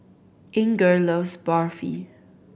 Inger loves Barfi